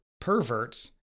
perverts